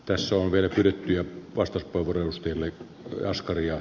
pessoa vetri ja vastus on varusteina kun oscaria